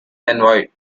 envoy